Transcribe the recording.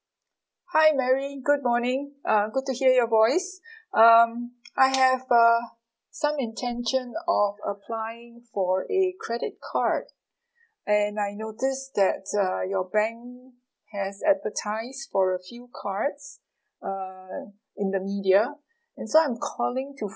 hi mary good morning uh good to hear your voice um I have uh some intention of applying for a credit card and I noticed that uh your bank has advertised for a few cards uh in the media and so I'm calling to